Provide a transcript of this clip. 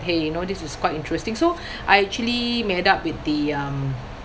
!hey! you know this is quite interesting so I actually met up with the um